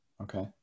okay